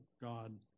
God